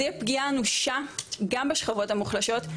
זה יהיה פגיעה אנושה גם בשכבות המוחלשות,